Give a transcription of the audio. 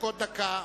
לחכות דקה.